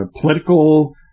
political